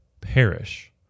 perish